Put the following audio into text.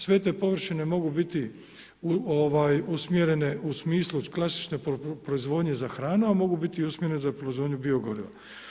Sve te površine mogu biti usmjerene u smislu klasične proizvodnje za hranu a mogu biti i usmjerene za proizvodnju biogoriva.